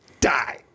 die